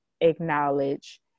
acknowledge